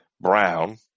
Brown